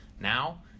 now